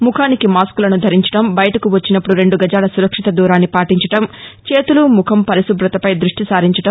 ముఖానికి మాస్కులను ధరించడం బయటకు వచ్చినప్పుడు రెండు గజాల సురక్షిత దూరాన్ని పాటించడం చేతులు ముఖం పరిశుభ్రతపై దృష్టి సారించడం